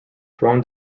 thrown